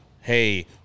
hey